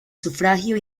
sufragio